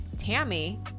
Tammy